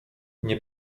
nie